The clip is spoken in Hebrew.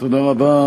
תודה רבה.